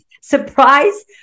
surprise